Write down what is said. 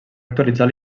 actualitzar